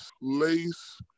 lace